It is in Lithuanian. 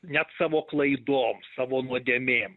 net savo klaidom savo nuodėmėm